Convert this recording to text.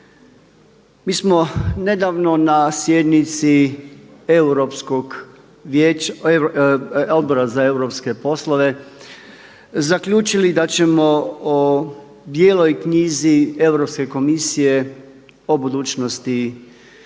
Mi smo nedavno na sjednici Odbora za europske poslove zaključili da ćemo o bijeloj knjizi Europske komisije o budućnosti